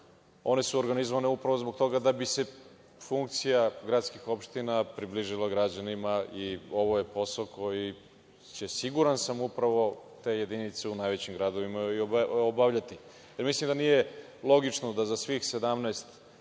One su organizovane upravo zbog toga da bi se funkcija gradskih opština približila građanima i ovo je posao koji će, siguran sam, upravo te jedinice u najvećim gradovima obavljati. Mislim da nije logično da za svih 17